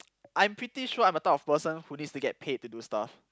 I'm pretty sure I'm a type of person who needs to get paid to do stuff